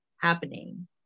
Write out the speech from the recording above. happening